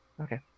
Okay